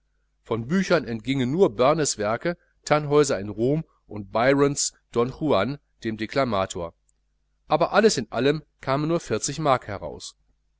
von büchern entgingen nur börnes werke tannhäuser in rom und byrons don juan dem deklamator aber alles in allem kamen nur vierzig mark heraus